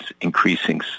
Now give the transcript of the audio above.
increasing